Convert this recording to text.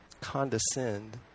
condescend